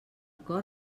cor